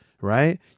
right